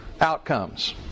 outcomes